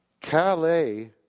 Calais